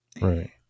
Right